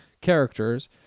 characters